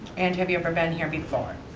and have you ever been here before?